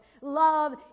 Love